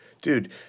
dude